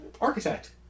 Architect